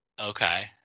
Okay